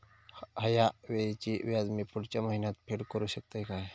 हया वेळीचे व्याज मी पुढच्या महिन्यात फेड करू शकतय काय?